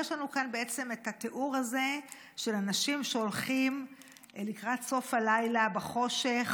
יש לנו כאן בעצם את התיאור הזה של אנשים שהולכים לקראת סוף הלילה בחושך,